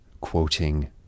quoting